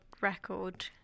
record